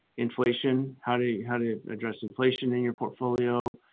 inflation, how to how to address inflation in your portfolio,